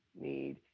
need